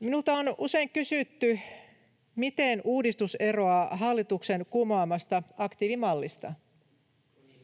Minulta on usein kysytty, miten uudistus eroaa hallituksen kumoamasta aktiivimallista. [Timo